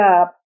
up